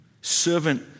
Servant